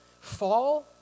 fall